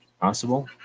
possible